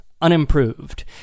unimproved